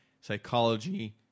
psychology